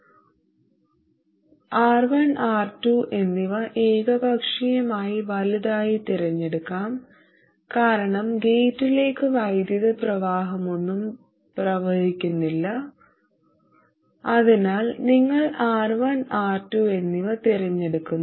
R1 R2 എന്നിവ ഏകപക്ഷീയമായി വലുതായി തിരഞ്ഞെടുക്കാം കാരണം ഗേറ്റിലേക്ക് വൈദ്യുത പ്രവാഹമൊന്നും പ്രവഹിക്കുന്നില്ല അതിനാൽ നിങ്ങൾ R1 R2 എന്നിവ തിരഞ്ഞെടുക്കുന്നു